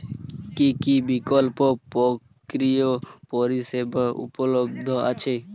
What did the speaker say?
কী কী বিকল্প বিত্তীয় পরিষেবা উপলব্ধ আছে?